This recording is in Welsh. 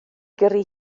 gyrru